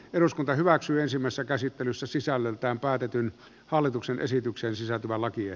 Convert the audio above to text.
eduskunta hyväksyi ensimmäisen käsittelyssä sisällöltään päätetyn hallituksen esitykseen sisältyvä lakia